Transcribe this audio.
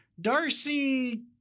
Darcy